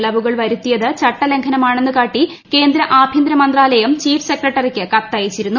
ഇളവുകൾ വരുത്തിയത് ചട്ടലംഘനമാണെന്ന് കാട്ടി കേന്ദ്ര ആഭ്യന്തരമന്ത്രാലയം ചീഫ് സെക്രട്ടറിക്ക് കത്ത് അയച്ചിരുന്നു